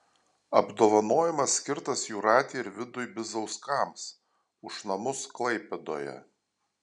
apdovanojimas skirtas jūratei ir vidui bizauskams už namus klaipėdoje